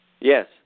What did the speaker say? yes